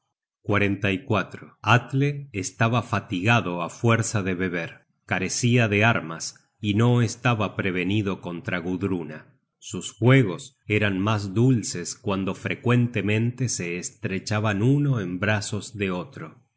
aumentó el tesoro atle estaba fatigado á fuerza de be ber carecia de armas y no estaba prevenido contra gudruna sus juegos eran mas dulces cuando frecuentemente se estrechaban uno en brazos de otro